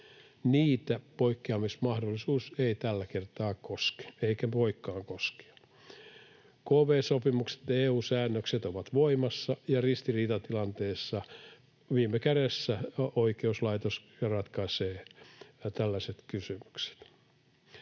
niitä poikkeamismahdollisuus ei tällä kertaa koske eikä voikaan koskea. Kv-sopimukset ja EU-säännökset ovat voimassa, ja ristiriitatilanteessa viime kädessä oikeuslaitos ratkaisee tällaiset kysymykset.